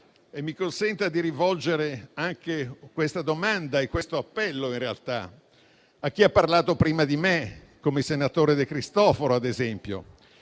- mi consenta di rivolgere questa domanda e questo appello anche a chi ha parlato prima di me, come il senatore De Cristofaro - che